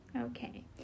Okay